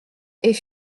est